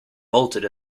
bolted